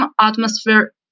atmosphere